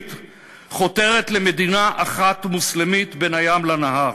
המוסלמית חותרת למדינה אחת מוסלמית בין הים לנהר,